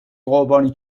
قربانی